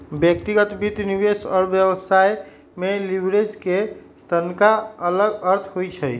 व्यक्तिगत वित्त, निवेश और व्यवसाय में लिवरेज के तनका अलग अर्थ होइ छइ